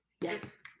Yes